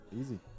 Easy